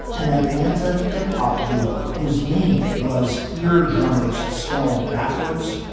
an atlanta hip hop duo whose name was your drummers spelled backwards,